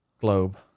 globe